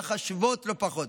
והחשובות לא פחות.